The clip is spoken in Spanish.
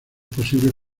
posibles